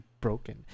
broken